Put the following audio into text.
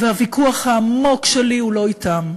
והוויכוח העמוק שלי הוא לא אתם,